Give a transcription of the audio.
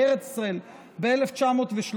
ב-1913,